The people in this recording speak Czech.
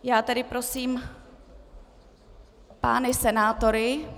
Já tedy prosím pány senátory.